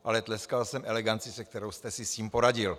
Ale tleskal jsem eleganci, se kterou jste si s tím poradil.